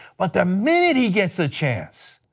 but the minute he gets a chance,